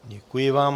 Děkuji vám.